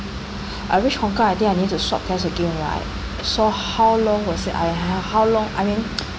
I reach hong kong I think I need to swab test again right so how long was it I have how long I mean